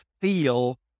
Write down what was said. feel